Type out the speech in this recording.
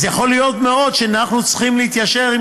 אז יכול להיות מאוד שאנחנו צריכים להתיישר עם